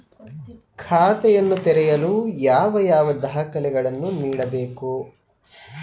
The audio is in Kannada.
ಖಾತೆಯನ್ನು ತೆರೆಯಲು ಯಾವ ಯಾವ ದಾಖಲೆಗಳನ್ನು ನೀಡಬೇಕು?